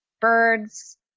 birds